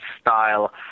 style